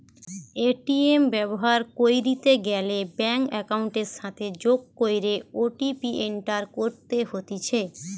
ATM ব্যবহার কইরিতে গ্যালে ব্যাঙ্ক একাউন্টের সাথে যোগ কইরে ও.টি.পি এন্টার করতে হতিছে